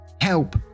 Help